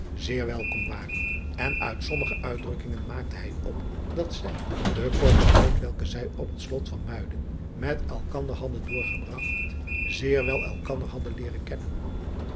zeer welkom waren en uit sommige uitdrukkingen maakte hij op dat zij den korten tijd welken zij op het lot van uiden met elkander hadden doorgebragt zeer wel elkander hadden leeren kennen